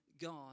God